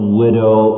widow